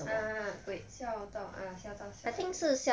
ah ah 鬼笑到吓到笑 I think